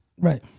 right